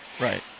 Right